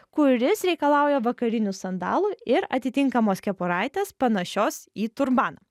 kuris reikalauja vakarinių sandalų ir atitinkamos kepuraitės panašios į turbaną